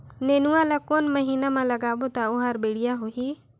नेनुआ ला कोन महीना मा लगाबो ता ओहार बेडिया होही?